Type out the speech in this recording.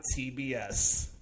TBS